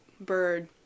bird